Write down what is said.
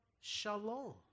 Shalom